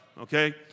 Okay